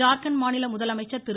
ஜார்கண்ட் மாநில முதலமைச்சர் திரு